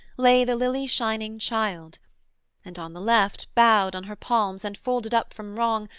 lay the lily-shining child and on the left, bowed on her palms and folded up from wrong,